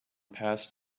past